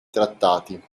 trattati